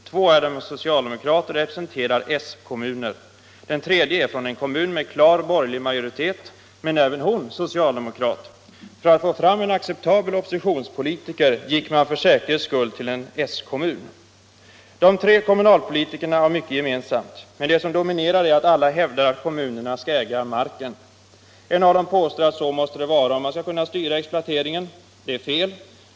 Två av dem är socialdemokrater och representerar s-kommuner. Den tredje är från en kommun med klar borgerlig majoritet, men även hon är socialdemokrat. För att få fram en acceptabel oppositionspolitiker gick man för säkerhets skull till en s-kommun. De tre kommunalpolitikerna har mycket gemensamt, men det som dominerar är att alla hävdar att kommunerna skall äga marken. En av dem påstår att så måste det vara om man skall kunna styra exploateringen. Det är fel.